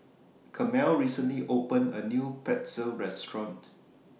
Carmel recently opened A New Pretzel Restaurant